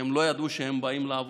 והם לא ידעו שהם באים לעבוד,